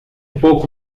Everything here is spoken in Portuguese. pouco